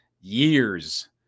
years